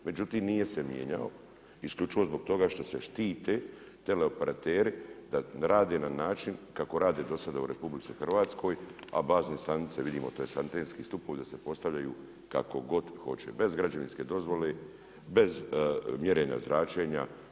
Međutim nije se mijenjao isključivo zbog toga što se štite teleoperateri da rade na način kako rade do sada u RH, a bazne stanice tj. antenski stupovi da se postavljaju kako god hoće, bez građevinske dozvole, bez mjerenja zračenja.